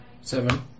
Seven